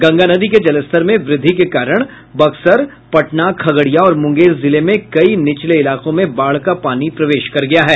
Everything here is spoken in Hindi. गंगा नदी के जलस्तर में वृद्धि के कारण बक्सर पटना खगड़िया और मुंगेर जिले में कई निचले इलाकों में बाढ़ का पानी प्रवेश कर गया है